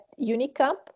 Unicamp